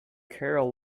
carol